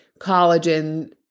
collagen